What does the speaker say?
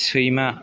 सैमा